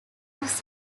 off